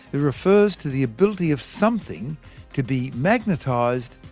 it refers to the ability of something to be magnetised,